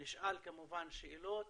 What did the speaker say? נשאל כמובן שאלות,